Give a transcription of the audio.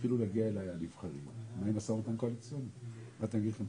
מי קבע את